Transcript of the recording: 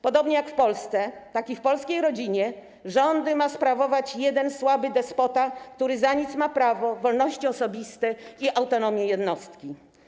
Podobnie jak w Polsce, tak i w polskiej rodzinie rządy ma sprawować jeden słaby despota, który za nic ma prawo, wolności osobiste i autonomię jednostki.